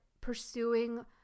pursuing